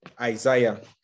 Isaiah